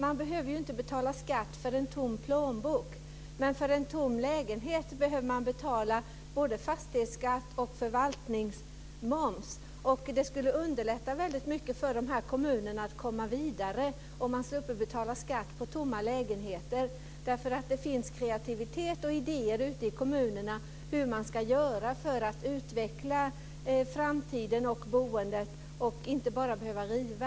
Man behöver inte betala skatt för en tom plånbok, men för en tom lägenhet behöver man betala både fastighetsskatt och förvaltningsmoms. Det skulle underlätta väldigt mycket för de här kommunerna att komma vidare om de slapp betala skatt för tomma lägenheter. Det finns kreativitet och idéer ute i kommunerna om hur man ska göra för att utveckla boendet i framtiden, och inte bara behöva riva.